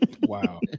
wow